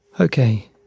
Okay